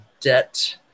Debt